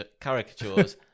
caricatures